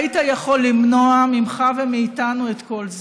היית יכול למנוע ממך ומאיתנו את כל זה.